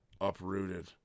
uprooted